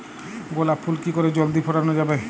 গোলাপ ফুল কি করে জলদি ফোটানো যাবে?